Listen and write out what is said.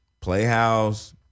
Playhouse